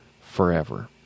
forever